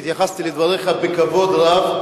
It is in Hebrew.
התייחסתי לדבריך בכבוד רב,